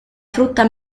frutta